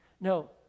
No